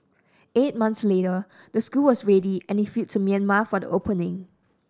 eight months later the school was ready and he flew to Myanmar for the opening